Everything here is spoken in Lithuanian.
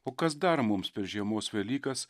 o kas dar mums per žiemos velykas